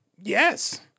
Yes